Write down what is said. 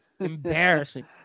embarrassing